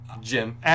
Jim